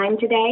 today